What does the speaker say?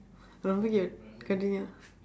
ரொம்ப:rompa cute continue